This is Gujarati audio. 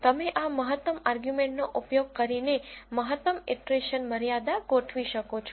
તમે આ મહત્તમ આર્ગ્યુમેન્ટનો ઉપયોગ કરીને મહત્તમ ઈટરેશન મર્યાદા ગોઠવી શકો છો